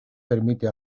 permite